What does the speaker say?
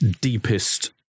deepest